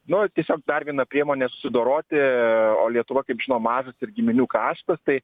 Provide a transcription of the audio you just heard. nu ir tiesiog dar viena priemonė susidoroti o lietuva kaip žinom mažas ir giminių kraštas tai